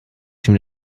schon